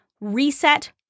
reset